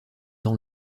dans